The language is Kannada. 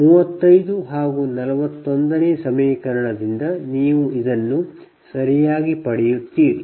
35ಮತ್ತು 41ನೇ ಸಮೀಕರಣದಿಂದ ನೀವು ಇದನ್ನು ಸರಿಯಾಗಿ ಪಡೆಯುತ್ತೀರಿ